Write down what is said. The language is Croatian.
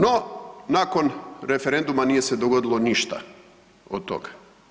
No nakon referenduma nije se dogodilo ništa od toga.